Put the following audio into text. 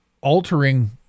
altering